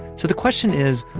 so the question is,